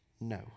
no